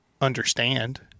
understand